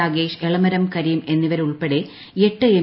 രാഗേഷ് എളമരം കരീം എന്നിവരുൾപ്പെടെ എട്ട് എം